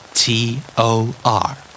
T-O-R